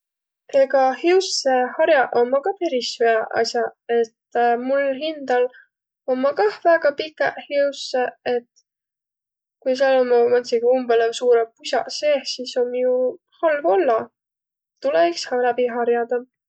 Egaq hiussõhar'aq ommaq ka peris hüäq as'aq. Et mul hindäl ommaq kah väega pikäq hiussõq, et kui sääl ommaq määntsegi umbõlõ suurõq pusaq seeh, sis om ju halv ollaq. Tulõ iks na läbi har'adaq.